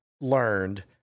learned